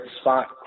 spot